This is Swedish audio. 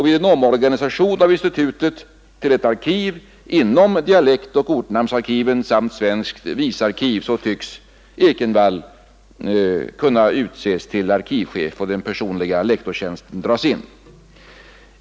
Vid en omorganisation av institutet till ett arkiv inom dialektoch ortnamnsarkiven samt svenskt visarkiv tycks Ekenvall kunna utses till arkivchef och den personliga lektorstjänsten dras in.